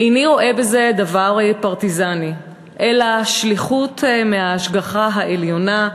איני רואה בזה דבר פרטיזני אלא שליחות מההשגחה העליונה,